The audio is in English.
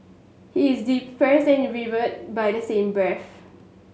he is and revered by the same breath